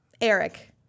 Eric